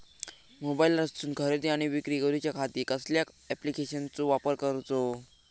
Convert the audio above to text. मोबाईलातसून खरेदी आणि विक्री करूच्या खाती कसल्या ॲप्लिकेशनाचो वापर करूचो?